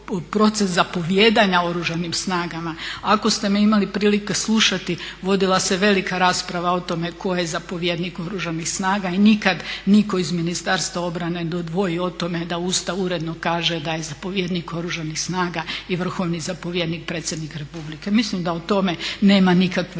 u proces zapovijedanja Oružanim snagama. Ako ste me imali prilike slušati, vodila se velika rasprave o tome tko je zapovjednik Oružanih snaga i nikada nitko iz Ministarstva obrane da dvoji o tome da uredno kaže da je zapovjednik Oružanih snaga i vrhovni zapovjednik predsjednik Republike. Mislim da o tome nema nikakve